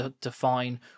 define